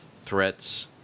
threats